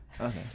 okay